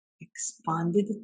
expanded